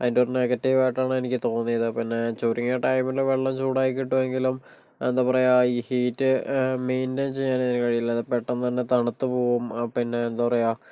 അതിൻ്റെ ഒരു നെഗറ്റീവ് ആയിട്ട് ആണ് എനിക്ക് തോന്നിയത് പിന്നെ ചുരുങ്ങിയ ടൈമിൽ വെള്ളം ചൂടായി കിട്ടുമെങ്കിലും എന്താ പറയുക ഈ ഹീറ്റ് മെയിൻറ്റയിൻ ചെയ്യാൻ കഴിയില്ല പെട്ടെന്ന് തന്നെ തണുത്ത് പോകും പിന്നെ എന്താ പറയുക